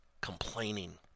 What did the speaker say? complaining